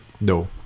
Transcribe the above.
No